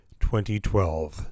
2012